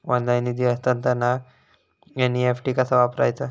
Online निधी हस्तांतरणाक NEFT कसा वापरायचा?